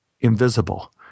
invisible